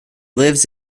lives